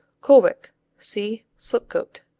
colwick see slipcote.